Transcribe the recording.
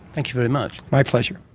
thank you very much. my pleasure.